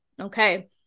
Okay